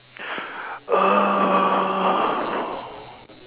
uh